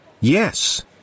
Yes